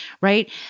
right